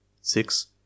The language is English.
Six